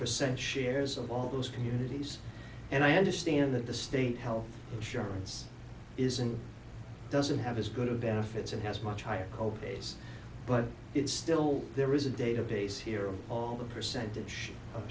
percent shares of all those communities and i understand that the state health insurance isn't doesn't have as good of benefits and has much higher co pays but it's still there is a database here all the percentage